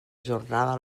jornada